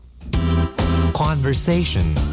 Conversation